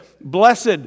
blessed